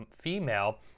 female